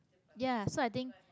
ya so i think